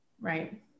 Right